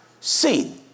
seen